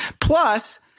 Plus